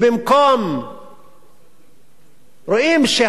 רואים שהאספסוף מנהיג את המנהיגים,